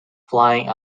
flying